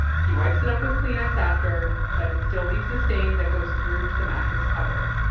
he wipes it up with kleenex after. but it still leaves a stain that goes through to the mattress cover.